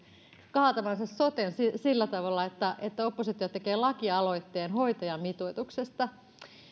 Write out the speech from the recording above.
kaatavansa soten sillä tavalla että että oppositio tekee lakialoitteen hoitajamitoituksesta